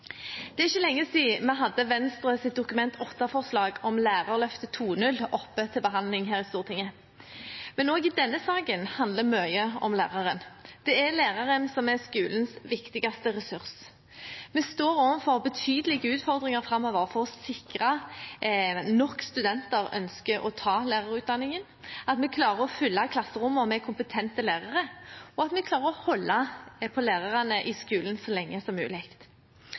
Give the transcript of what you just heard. Det er ikke lenge siden vi hadde Venstres Dokument 8-forslag om Lærerløftet 2.0 oppe til behandling her i Stortinget. Men også i denne saken handler mye om læreren. Det er læreren som er skolens viktigste ressurs. Vi står overfor betydelige utfordringer framover for å sikre at nok studenter ønsker å ta lærerutdanning, at vi klarer å fylle klasserommene med kompetente lærere, og at vi klarer å holde lærerne i skolen så lenge som mulig.